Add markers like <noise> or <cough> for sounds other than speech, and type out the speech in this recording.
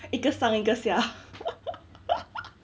一个上一个下 <laughs>